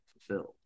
fulfilled